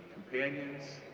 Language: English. companions,